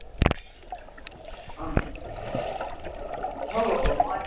অঁ অঁ হ'ব হ'ব মই